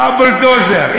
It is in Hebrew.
בולדוזר.